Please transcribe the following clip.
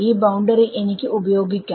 ഈ ബൌണ്ടറി എനിക്ക് ഉപയോഗിക്കാം